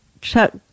Chuck